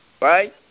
right